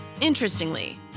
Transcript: Interestingly